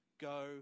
go